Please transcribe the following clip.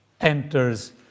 enters